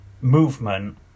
movement